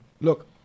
Look